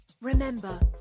Remember